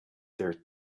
their